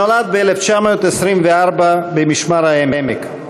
נולד ב-1924 במשמר-העמק.